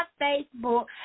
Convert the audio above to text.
Facebook